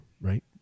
right